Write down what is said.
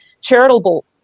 charitable